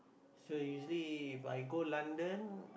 so usually If I go London